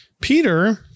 Peter